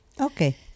Okay